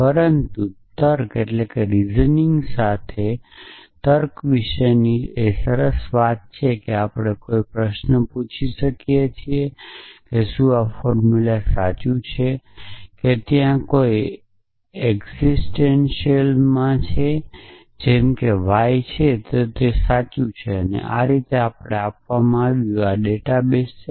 પરંતુ તર્ક સાથે તર્ક વિશેની સરસ વાત એ છે કે આપણે કોઈ પ્રશ્ન પૂછી શકીએ છીએ કે શું આ ફોર્મુલા સાચું છે કે તે ત્યાં એકસીટેંટીયલમાં છે જેમ કે y છે તે સાચું છે આ તે છે જે આપણને આપવામાં આવ્યું છે આ ડેટાબેઝ છે